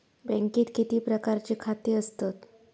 बँकेत किती प्रकारची खाती असतत?